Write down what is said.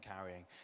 carrying